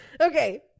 Okay